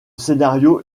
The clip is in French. scénario